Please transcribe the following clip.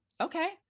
Okay